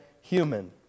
human